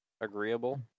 agreeable